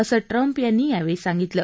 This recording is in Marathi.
असं ट्रम्प यांनी यावेळी सांगितलं